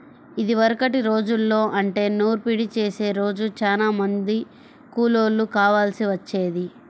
ఇదివరకటి రోజుల్లో అంటే నూర్పిడి చేసే రోజు చానా మంది కూలోళ్ళు కావాల్సి వచ్చేది